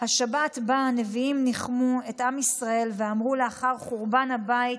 השבת שבה הנביאים ניחמו את עם ישראל ואמרו לאחר חורבן הבית: